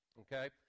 Okay